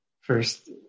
First